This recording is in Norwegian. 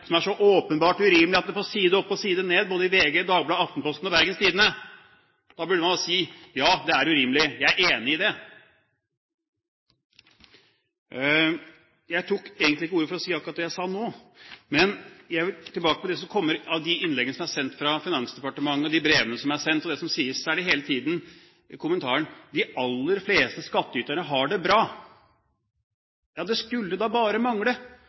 som er så åpenbart urimelig at det står side opp og side ned om det i både VG, Dagbladet, Aftenposten og Bergens Tidende! Da burde man jo si: Ja, det er urimelig, jeg er enig i det. Jeg tok egentlig ikke ordet for å si akkurat det jeg sa nå, men jeg vil tilbake til innleggene, og de brevene som er sendt fra Finansdepartementet, hvor kommentaren hele tiden er: De aller fleste skattyterne har det bra. Ja, det skulle bare mangle!